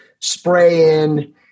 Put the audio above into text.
spray-in